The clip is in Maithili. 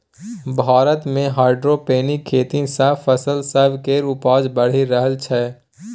भारत मे हाइड्रोपोनिक खेती सँ फसल सब केर उपजा बढ़ि रहल छै